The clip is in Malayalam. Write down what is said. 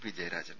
പി ജയരാജൻ